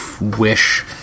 wish